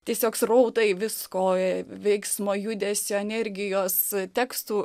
tiesiog srautai vis koją veiksmo judesio energijos tekstų